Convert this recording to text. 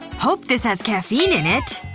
hope this has caffeine in it!